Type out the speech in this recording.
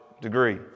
degree